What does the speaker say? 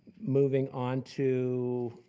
moving on to